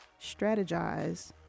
strategize